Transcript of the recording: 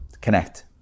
connect